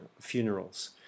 funerals